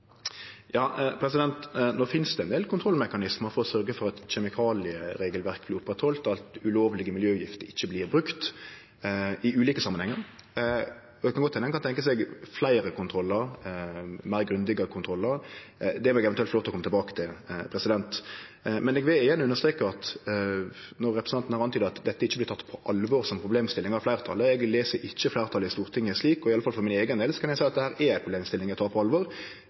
for å sørgje for at kjemikalieregelverk vert oppretthaldne, og at ulovlege miljøgifter ikkje vert brukte i ulike samanhengar. Det kan godt hende at ein kan tenkje seg fleire og grundigare kontrollar. Det må eg eventuelt få lov til å kome tilbake til. Men eg vil igjen understreke at når representanten har antyda at dette ikkje vert teke på alvor som problemstilling av fleirtalet, les eg ikkje fleirtalet i Stortinget slik. For min eigen del kan eg seie at dette er ei problemstilling eg tek på alvor.